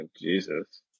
Jesus